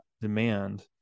demand